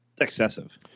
excessive